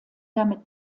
damit